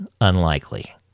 unlikely